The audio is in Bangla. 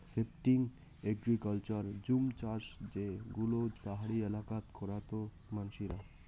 শিফটিং এগ্রিকালচার জুম চাষ যে গুলো পাহাড়ি এলাকাত করাত মানসিরা